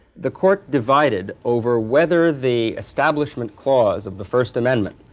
the court divided over whether the establishment clause of the first amendment,